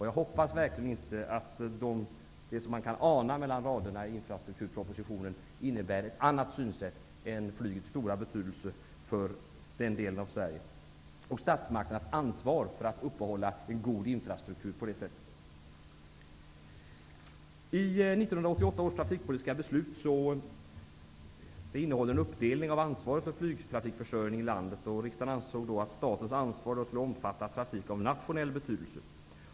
Jag hoppas verkligen att det som man kan ana mellan raderna i infrastrukturpropositionen inte innebär ett annat synsätt än att man inser flygets stora betydelse för den delen av Sverige samt statsmakternas ansvar för att upprätthålla en god infrastruktur på det sättet. 1988 års trafikpolitiska beslut innehåller en uppdelning av ansvaret för flygtrafikförsörjningen i landet. Riksdagen ansåg då att statens ansvar skulle omfatta trafik av nationell betydelse.